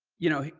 you know,